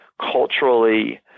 Culturally